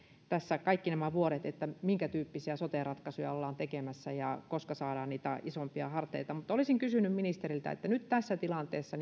tässä kaikki nämä vuodet että minkätyyppisiä sote ratkaisuja ollaan tekemässä ja koska saadaan niitä isompia harteita olisin kysynyt ministeriltä voitteko vakuuttaa nyt tässä tilanteessa